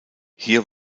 hier